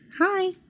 Hi